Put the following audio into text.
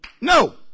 No